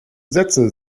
sätze